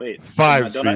five